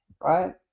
right